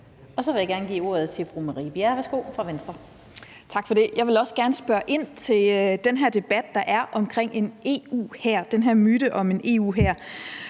Så vil jeg gerne give ordet til fru Marie Bjerre fra Venstre. Værsgo. Kl. 16:08 Marie Bjerre (V): Tak for det. Jeg vil også gerne spørge ind til den her debat, der er om en EU-hær, den her myte om en EU-hær.